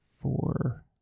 Four